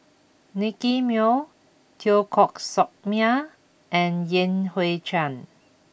Nicky Moey Teo Koh Sock Miang and Yan Hui Chang